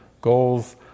goals